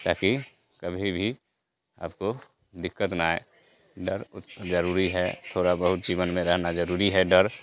ताकि कभी भी आपको दिक्कत न आए डर जरूरी है थोड़ा बहुत जीवन में रहना जरूरी है डर